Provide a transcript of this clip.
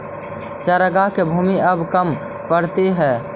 चरागाह के भूमि अब कम पड़ीत हइ